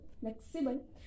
flexible